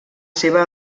seva